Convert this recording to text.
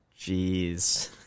Jeez